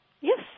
Yes